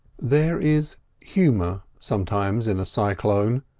there is humour sometimes in a cyclone,